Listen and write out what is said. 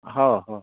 हो हो